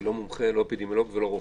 לא מומחה, לא אפידמיולוג ולא רופא,